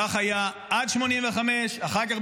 כך היה עד 1985. אחר כך,